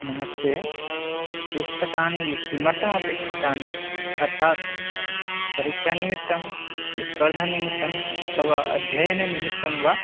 नमस्ते पुस्तकानि किमर्थमपेक्षितानि अर्थात् परीक्षानिमित्तं स्पर्धानिमित्तम् अथवा अध्ययननिमित्तं वा